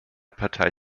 partei